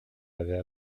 avez